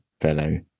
fellow